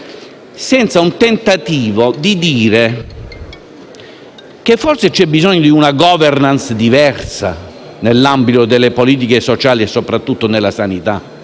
senza il tentativo di dire che forse c'è bisogno di una *governance* diversa nell'ambito delle politiche sociali e soprattutto nella sanità,